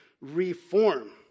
reform